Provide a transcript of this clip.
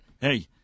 hey